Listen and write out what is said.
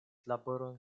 laboron